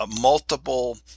multiple